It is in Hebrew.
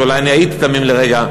או שאולי אני הייתי תמים לרגע,